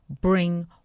bring